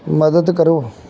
ਮਦਦ ਕਰੋ